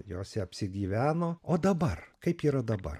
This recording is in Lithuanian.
jose apsigyveno o dabar kaip yra dabar